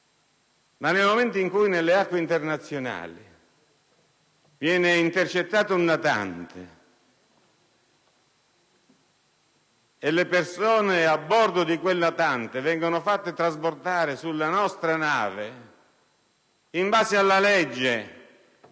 Ma, nel momento in cui nelle acque internazionali viene intercettato un natante e le persone a bordo vengono fatte trasbordare sulla nostra nave, in base alla legge, sono